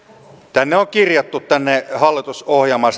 tänne strategiseen hallitusohjelmaan